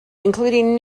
including